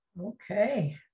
Okay